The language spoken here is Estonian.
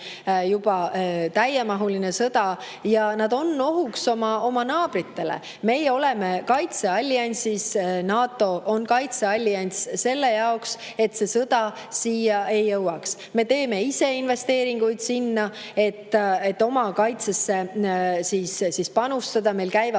juba täiemahuline sõda. Nad on ohuks oma naabritele. Meie oleme kaitsealliansis. NATO on kaitseallianss selle jaoks, et see sõda siia ei jõuaks. Me teeme ise investeeringuid, et oma kaitsesse panustada. Meil käib